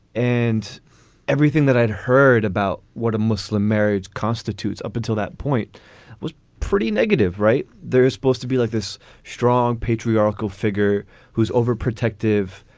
and everything that i'd heard about what a muslim marriage constitutes. up until that point was pretty negative. right. there's supposed to be like this strong patriarchal figure who's overprotective,